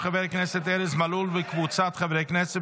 של חבר הכנסת ארז מלול וקבוצת חברי הכנסת,